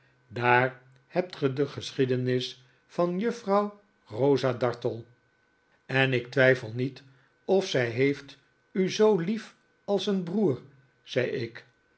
daar hebt ge de geschiedenis van juffrouw rosa dartle en ik twijfel niet of zij heeft u zoo lief als een broer zei ik